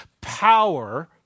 power